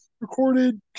recorded